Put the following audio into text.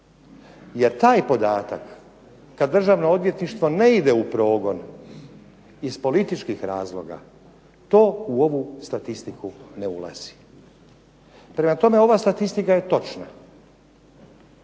Jer taj podatak, kad Državno odvjetništvo ne ide u progon iz političkih razloga, to u ovu statistiku ne ulazi. Prema tome, ova statistika je točna